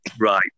Right